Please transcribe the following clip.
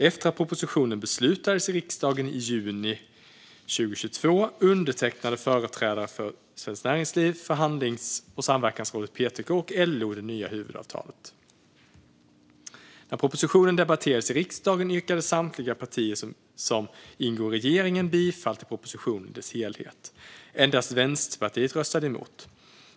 Efter att propositionen beslutades i riksdagen i juni 2022 undertecknade företrädare för Svenskt Näringsliv, Förhandlings och samverkansrådet PTK och LO det nya huvudavtalet. När propositionen debatterades i riksdagen yrkade samtliga partier som ingår i regeringen bifall till propositionen i dess helhet. Endast Vänsterpartiet röstade emot.